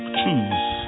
choose